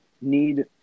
need